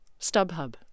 StubHub